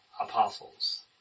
apostles